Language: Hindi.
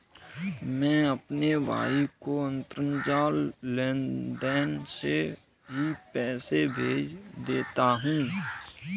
मैं अपने भाई को अंतरजाल लेनदेन से ही पैसे भेज देता हूं